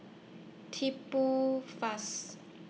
Key Pool